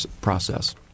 process